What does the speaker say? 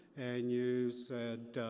and you said,